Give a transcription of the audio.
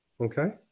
Okay